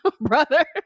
brother